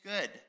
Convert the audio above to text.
good